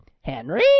Henry